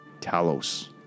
Talos